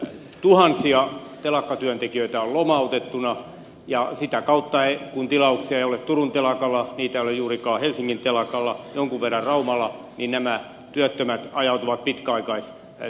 tuhansia telakkatyöntekijöitä on lomautettuna ja sitä kautta että tilauksia ei ole turun telakalla niitä ei ole juurikaan helsingin telakalla jonkun on verran raumalla nämä työttömät ajautuvat pitkäaikaistyöttömyyteen